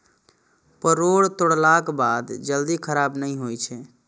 परोर तोड़लाक बाद जल्दी खराब नहि होइ छै